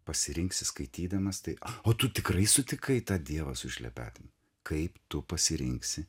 pasirinksi skaitydamas tai o tu tikrai sutikai tą dievą su šlepetėm kaip tu pasirinksi